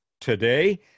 today